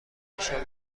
داشتم